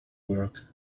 work